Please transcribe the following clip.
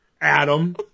Adam